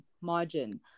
margin